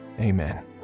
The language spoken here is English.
Amen